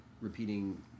repeating